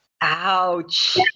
Ouch